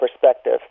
perspective